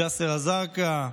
מג'יסר א-זרקא,